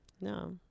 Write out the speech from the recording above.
No